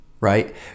right